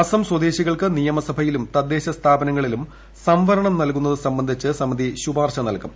അസം സ്വദേശിക്ട്ടുക്ക് നിയമസഭയിലും തദ്ദേശ സ്ഥാപനങ്ങളിലും സംവരണം നൽകുന്നത്രൂ ്സംബന്ധിച്ച് സമിതി ശുപാർശ നൽകും